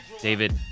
David